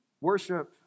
Worship